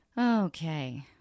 okay